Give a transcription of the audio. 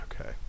Okay